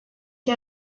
ere